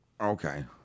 okay